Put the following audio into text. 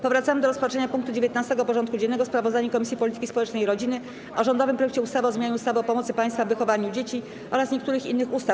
Powracamy do rozpatrzenia punktu 19. porządku dziennego: Sprawozdanie Komisji Polityki Społecznej i Rodziny o rządowym projekcie ustawy o zmianie ustawy o pomocy państwa w wychowywaniu dzieci oraz niektórych innych ustaw.